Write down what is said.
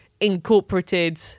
incorporated